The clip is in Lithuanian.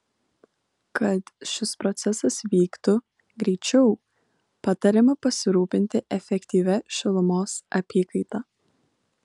kad šis procesas vyktų greičiau patariama pasirūpinti efektyvia šilumos apykaita